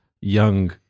young